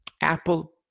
Apple